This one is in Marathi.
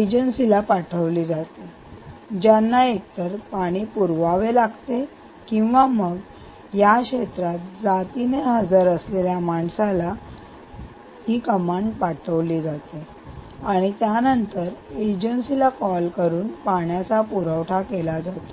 एजन्सीला पाठवले जाते ज्यांना एकतर पाणी पुरवावे लागते किंवा मग या क्षेत्रात जातीने हजर असलेल्या माणसाला कमांड आज्ञा पाठवले जाते आणि त्यानंतर एजन्सीला कॉल करून पाण्याचा पुरवठा केला जातो